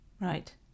Right